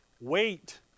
wait